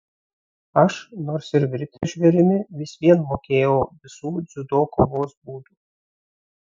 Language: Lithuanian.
aš nors ir virtęs žvėrimi vis vien mokėjau visų dziudo kovos būdų